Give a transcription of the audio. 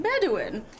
Bedouin